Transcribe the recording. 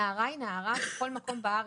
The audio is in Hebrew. נערה היא נערה בכל מקום בארץ.